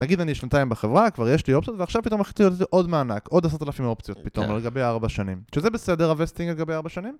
נגיד אני שנתיים בחברה, כבר יש לי אופציות, ועכשיו פתאום החליטו לתת עוד מענק, עוד עשרת אלפים אופציות פתאום על גבי הארבע שנים שזה בסדר הווסטינג על גבי הארבע שנים?